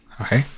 Okay